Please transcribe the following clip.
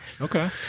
Okay